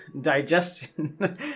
digestion